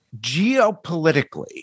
geopolitically